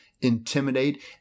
intimidate